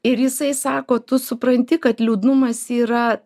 ir jisai sako tu supranti kad liūdnumas yra